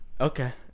Okay